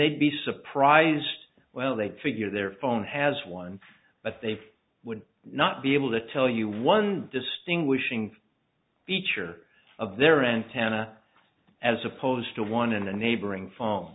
they'd be surprised well they figure their phone has one but they would not be able to tell you one distinguishing feature of their antenna as opposed to one in a neighboring phone